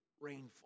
rainfall